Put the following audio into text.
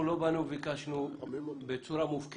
צודק